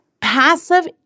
passive